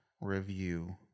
review